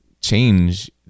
change